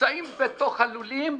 נמצאים בתוך הלולים,